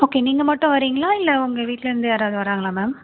okay நீங்கள் மட்டும் வரிங்ளா இல்லை உங்கள் வீட்டுலேருந்து யாராவது வராங்களா மேம்